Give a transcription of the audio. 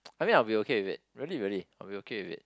I mean I'll be okay with it really really I'll be okay with it